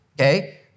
okay